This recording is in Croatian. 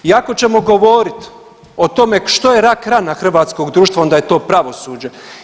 I ako ćemo govoriti o tome što je rak rana hrvatskog društva, onda je to pravosuđe.